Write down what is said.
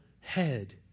head